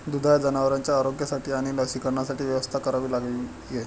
दुधाळ जनावरांच्या आरोग्यासाठी आणि लसीकरणासाठी व्यवस्था करावी लागते